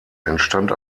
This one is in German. entstand